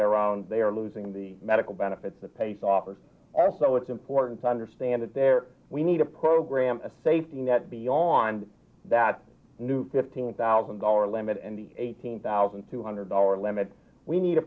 their own they are losing the medical benefits that pace offers also it's important to understand that there we need a program a safety net beyond that new fifteen thousand dollar limit and the eighteen thousand two hundred dollars limit we need a